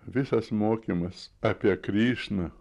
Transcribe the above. visas mokymas apie krišną